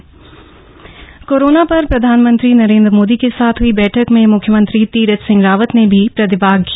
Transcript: vaccination समीक्षा corona पर प्रधानमंत्री नरेन्द्र मोदी के साथ हई बैठक में मुख्यमंत्री तीरथ सिंह रावत ने भी प्रतिभाग किया